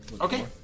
Okay